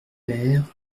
peyre